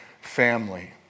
family